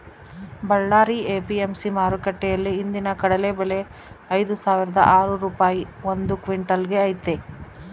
Ballari APMC ಮಾರುಕಟ್ಟೆಯಲ್ಲಿ ಇಂದಿನ ಕಡಲೆ ಬೆಲೆ ಐದುಸಾವಿರದ ಆರು ರೂಪಾಯಿ ಒಂದು ಕ್ವಿನ್ಟಲ್ ಗೆ ಐತೆ